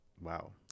Wow